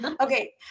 Okay